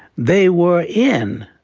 they were in.